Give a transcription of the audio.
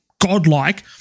godlike